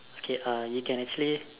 okay uh you can actually